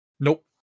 Nope